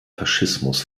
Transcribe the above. faschismus